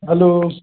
hello